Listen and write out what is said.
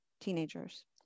teenagers